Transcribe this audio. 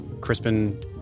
Crispin